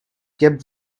kept